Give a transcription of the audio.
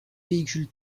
véhicules